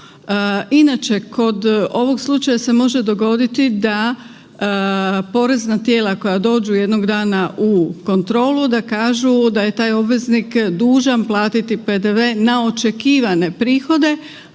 Inače kod ovog slučaja se može dogoditi da porezna tijela koja dođu jednog dana u kontrolu da kažu da je taj obveznik dužan platiti PDV na očekivane prihode